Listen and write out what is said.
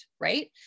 right